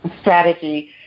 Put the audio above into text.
strategy